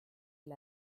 del